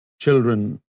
children